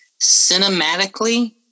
Cinematically